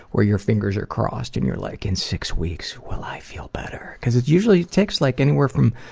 where your fingers are crossed and you're like, in six weeks, will i feel better. cause it usually takes like anywhere from,